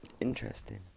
Interesting